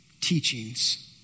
teachings